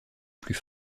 plus